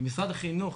במשרד החינוך,